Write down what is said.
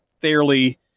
fairly